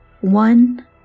one